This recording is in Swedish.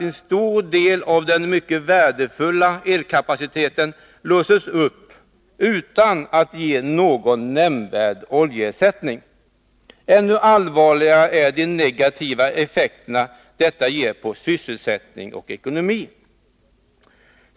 En stor del av den mycket värdefulla elkapaciteten låses upp utan att ge någon nämnvärd oljeersättning. Ännu allvarligare är de negativa effekter detta ger på sysselsättning och ekonomi.